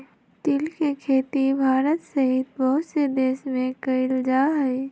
तिल के खेती भारत सहित बहुत से देश में कइल जाहई